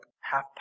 half